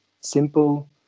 simple